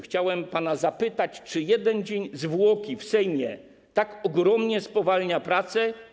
Chciałem pana zapytać: Czy jeden dzień zwłoki w Sejmie tak ogromnie spowalnia prace?